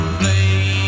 play